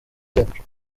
cyacu